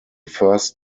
first